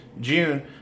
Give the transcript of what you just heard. June